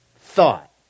thought